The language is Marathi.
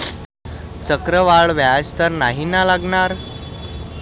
चक्रवाढ व्याज तर नाही ना लागणार?